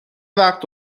وقت